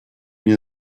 мне